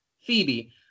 Phoebe